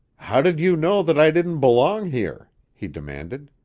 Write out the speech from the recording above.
how did you know that i didn't belong here? he demanded.